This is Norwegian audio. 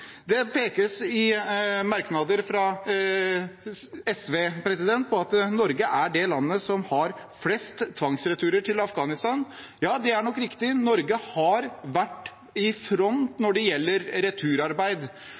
Det pekes på i merknader fra SV at Norge er det landet som har flest tvangsreturer til Afghanistan. Det er nok riktig. Norge har vært i front når det gjelder returarbeid,